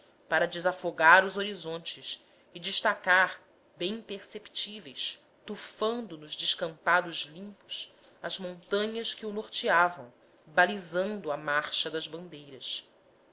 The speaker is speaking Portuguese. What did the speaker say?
para desafogar os horizontes e destacar bem perceptíveis tufando nos descampados limpos as montanhas que o norteavam balizando a marcha das bandeiras